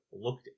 looked